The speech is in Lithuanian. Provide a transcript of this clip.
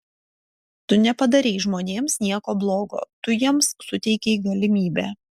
tu nepadarei žmonėms nieko blogo tu jiems suteikei galimybę